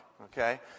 Okay